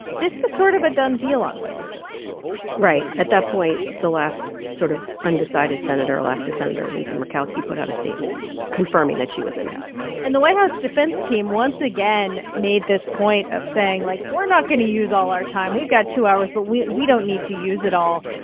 this was sort of a done deal on witnesses right. at that point, the last sort of undecided senator alaska senator lisa murkowski put out a statement confirming that she was a no and the white house defense team, once again, made this point of saying, like, we're not going to use all our time. we've got two hours. but we we don't need to use it all.